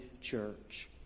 church